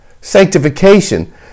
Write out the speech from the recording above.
sanctification